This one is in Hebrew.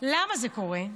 למה זה קורה?